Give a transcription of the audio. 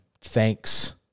Thanks